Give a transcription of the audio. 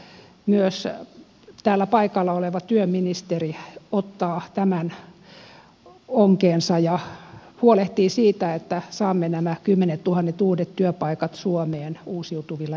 toivon että myös täällä paikalla oleva työministeri ottaa tämän onkeensa ja huolehtii siitä että saamme nämä kymmenettuhannet uudet työpaikat suomeen uusiutuvilla energiamuodoilla